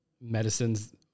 medicines